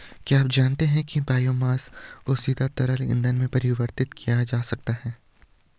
क्या आप जानते है बायोमास को सीधे तरल ईंधन में परिवर्तित किया जा सकता है?